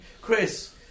Chris